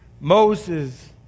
Moses